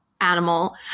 animal